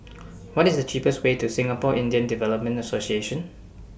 What IS The cheapest Way to Singapore Indian Development Association